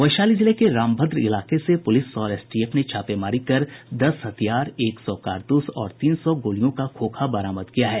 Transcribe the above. वैशाली जिले के रामभद्र इलाके से पुलिस और एसटीएफ ने छापेमारी कर दस हथियार एक सौ कारतूस और तीन सौ गोलियों का खोखा बरामद किया है